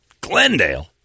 Glendale